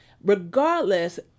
Regardless